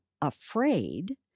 afraid